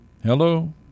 Hello